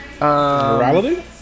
morality